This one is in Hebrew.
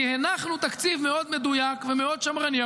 כי הנחנו תקציב מאוד מדויק ומאוד שמרני.